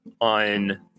on